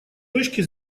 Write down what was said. точки